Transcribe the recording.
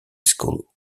school